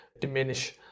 diminish